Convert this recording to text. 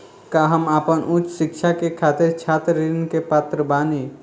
का हम आपन उच्च शिक्षा के खातिर छात्र ऋण के पात्र बानी?